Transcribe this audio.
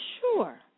sure